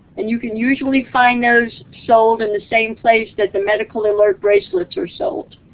and you can usually find those sold in the same place that the medical alert bracelets are sold.